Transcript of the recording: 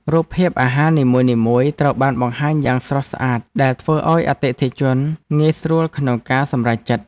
រូបភាពអាហារនីមួយៗត្រូវបានបង្ហាញយ៉ាងស្រស់ស្អាតដែលធ្វើឱ្យអតិថិជនងាយស្រួលក្នុងការសម្រេចចិត្ត។